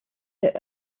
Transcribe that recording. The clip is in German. der